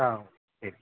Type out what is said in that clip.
ஆ okay